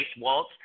Walt